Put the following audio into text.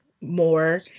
more